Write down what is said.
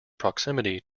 proximity